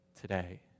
today